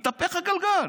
יתהפך הגלגל.